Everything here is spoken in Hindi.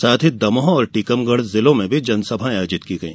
साथ ही दमोह और टीकमगढ जिलों में भी जन सभाएं आयोजित की गई